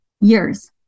years